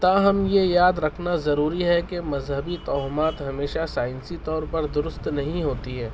تاہم یہ یاد رکھنا ضروری ہے کہ مذہبی توہمات ہمیشہ سائنسی طور پر درست نہیں ہوتی ہے